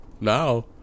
Now